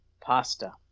Pasta